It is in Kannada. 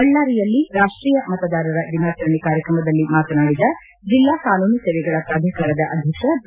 ಬಳ್ಳಾರಿಯಲ್ಲಿ ರಾಷ್ಟೀಯ ಮತದಾರರ ದಿನಾಚರಣೆ ಕಾರ್ಯಕ್ರಮದಲ್ಲಿ ಮಾತನಾಡಿದ ಜಿಲ್ಲಾ ಕಾನೂನು ಸೇವೆಗಳ ಪ್ರಾಧಿಕಾರದ ಅಧ್ಯಕ್ಷ ಬಿ